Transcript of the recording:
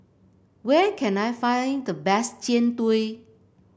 where can I find the best Jian Dui